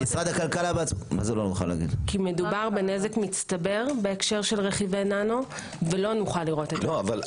לא נוכל כי מדובר בנזק מצטבר בהקשר של רכיבי ננו ולא נוכל לראות אותו.